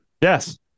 Yes